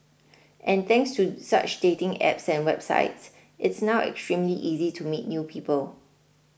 and thanks to such dating apps and websites it's now extremely easy to meet new people